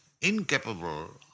incapable